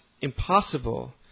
impossible